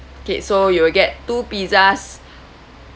okay so you'll get two pizzas